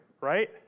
right